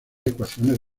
ecuaciones